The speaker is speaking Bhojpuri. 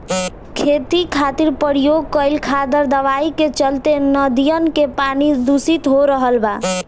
खेती खातिर प्रयोग कईल खादर दवाई के चलते नदियन के पानी दुसित हो रहल बा